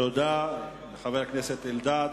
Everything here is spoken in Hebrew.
תודה לחבר הכנסת אלדד.